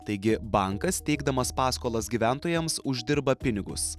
taigi bankas teikdamas paskolas gyventojams uždirba pinigus